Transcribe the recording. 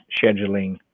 scheduling